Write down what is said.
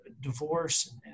divorce